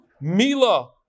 Mila